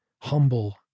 humble